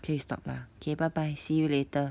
可以 stop ah K bye bye see you later